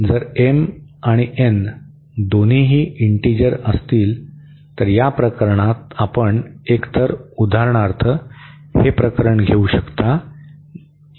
जर आणि n दोन्हींही इंटीजर असल्यास या प्रकरणात आपण एकतर उदाहरणार्थ हे प्रकरण घेऊ शकता